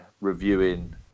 reviewing